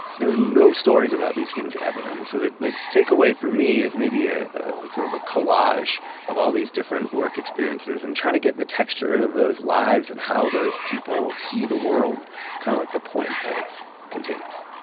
there are no stories about these things ever. and so the the take-away, for me, is maybe ah like sort of a collage of all these different work experiences and trying to get the texture of those lives and how those people see the world is kind of like the point of containers